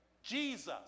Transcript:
Jesus